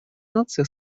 наций